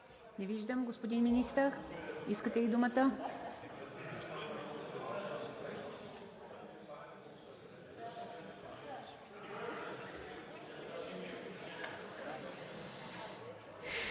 Не виждам. Господин Министър, искате ли думата?